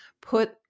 put